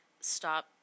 stop